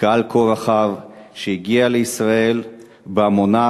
קהל כה רחב שהגיע לישראל בהמוניו.